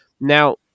Now